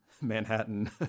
Manhattan